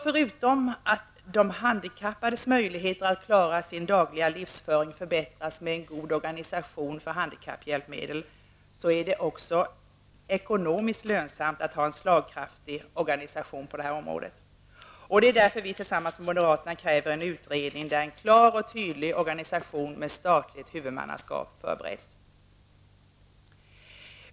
Förutom att den handikappades möjligheter att klara sin dagliga livsföring förbättras med en god organisation för handikapphjälpmedel, är det också ekonomiskt lönsamt att ha en slagkraftig organisation på området. Det är därför vi tillsammans med moderaterna kräver en utredning där en klar och tydlig organisation med statligt huvudmannaskap förbereds.